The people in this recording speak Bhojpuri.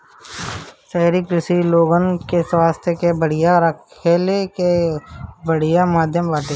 शहरी कृषि लोगन के स्वास्थ्य के बढ़िया रखले कअ बढ़िया माध्यम बाटे